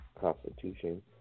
constitution